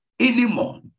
Anymore